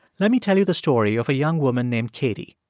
let me tell you the story of a young woman named katie.